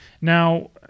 now